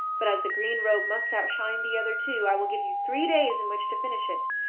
but as the green robe must outshine the other two i will give you three days in which to finish it.